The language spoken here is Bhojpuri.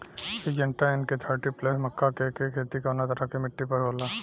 सिंजेंटा एन.के थर्टी प्लस मक्का के के खेती कवना तरह के मिट्टी पर होला?